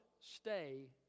stay